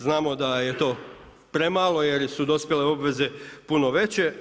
Znamo da je to premalo, jer su dospjele obveze puno veće.